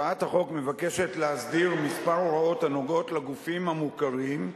הצעת החוק מבקשת להסדיר כמה הוראות הקשורות לגופים המוכרים.